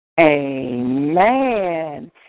Amen